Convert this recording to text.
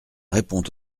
répond